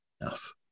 enough